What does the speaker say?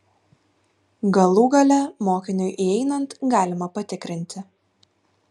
galų gale mokiniui įeinant galima patikrinti